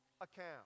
account